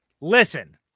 Listen